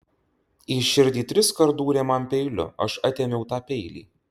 į širdį triskart dūrė man peiliu aš atėmiau tą peilį